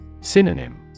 Synonym